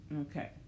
Okay